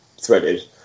threaded